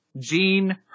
Jean